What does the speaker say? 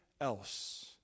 else